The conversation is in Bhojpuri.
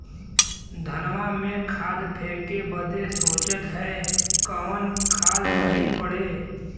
धनवा में खाद फेंके बदे सोचत हैन कवन खाद सही पड़े?